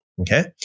Okay